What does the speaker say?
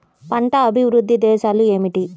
పంట అభివృద్ధి దశలు ఏమిటి?